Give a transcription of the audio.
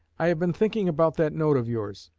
i have been thinking about that note of yours.